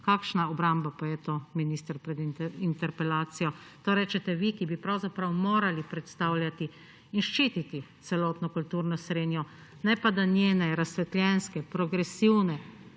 kakšna obramba pa je to, minister, pred interpelacijo? To rečete vi, ki bi pravzaprav morali predstavljati in ščititi celotno kulturno srenjo, ne pa, da njene razsvetljenske, progresivne,